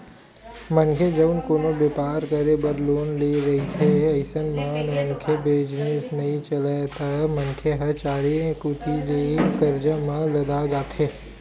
मनखे जउन कोनो बेपार करे बर लोन ले रहिथे अइसन म मनखे बिजनेस नइ चलय त मनखे ह चारे कोती ले करजा म लदा जाथे